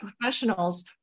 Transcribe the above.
professionals